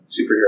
superhero